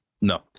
No